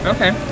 Okay